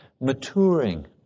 maturing